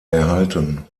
erhalten